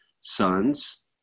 Sons